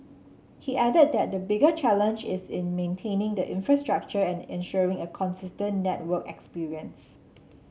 he added that the bigger challenge is in maintaining the infrastructure and ensuring a consistent network experience